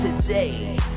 today